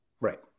Right